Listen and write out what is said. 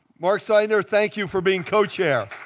marc seidner, thank you for being co-chair.